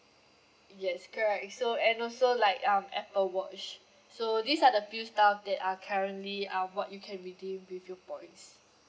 yes correct so and also like um apple watch so these are the few stuff that are currently uh what you can redeem with your points